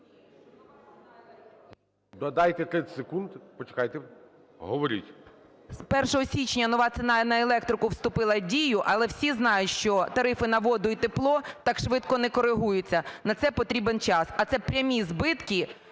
Додайте 30 секунд. Почекайте. Говоріть. 10:24:29 БАБАК А.В. З 1 січня нова ціна на електрику вступила в дію. Але всі знають, що тарифи на воду і тепло так швидко не коригуються, на це потрібен час. А це прямі збитки